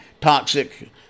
toxic